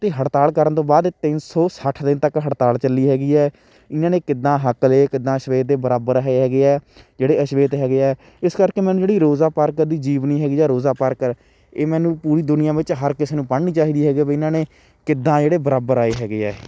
ਅਤੇ ਹੜਤਾਲ ਕਰਨ ਤੋਂ ਬਾਅਦ ਤਿੰਨ ਸੌ ਸੱਠ ਦਿਨ ਤੱਕ ਹੜਤਾਲ ਚੱਲੀ ਹੈਗੀ ਹੈ ਇਹਨਾਂ ਨੇ ਕਿੱਦਾਂ ਹੱਕ ਲਏ ਕਿੱਦਾਂ ਸ਼ਵੇਤ ਦੇ ਬਰਾਬਰ ਰਹੇ ਹੈਗੇ ਹੈ ਜਿਹੜੇ ਸ਼ਵੇਤ ਹੈਗੇ ਹੈ ਇਸ ਕਰਕੇ ਮੈਨੂੰ ਜਿਹੜੀ ਰੋਜ਼ਾ ਪਾਰਕਰ ਦੀ ਜੀਵਨੀ ਹੈਗੀ ਜਾਂ ਰੋਜ਼ਾ ਪਾਰਕਰ ਇਹ ਮੈਨੂੰ ਪੂਰੀ ਦੁਨੀਆਂ ਵਿੱਚ ਹਰ ਕਿਸੇ ਨੂੰ ਪੜ੍ਹਨੀ ਚਾਹੀਦੀ ਹੈਗੀ ਹੈ ਵੀ ਇਹਨਾਂ ਨੇ ਕਿੱਦਾਂ ਜਿਹੜੇ ਬਰਾਬਰ ਆਏ ਹੈਗੇ ਹੈ ਇਹ